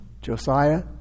Josiah